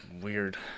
Weird